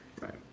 right